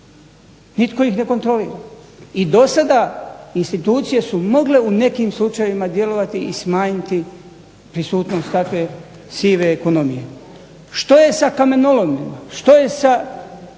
Nitko ih ne kontrolira. I dosada institucije su mogle u nekim slučajevima djelovati i smanjiti prisutnost takve sive ekonomije. Što je sa kamenolomima? Što je sa